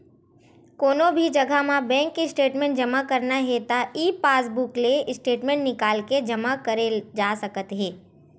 कोनो भी जघा म बेंक के स्टेटमेंट जमा करना हे त ई पासबूक ले स्टेटमेंट निकाल के जमा करे जा सकत हे